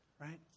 right